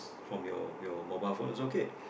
from your mobile phone it's okay